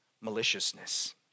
maliciousness